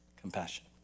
Compassion